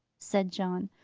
said john.